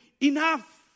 enough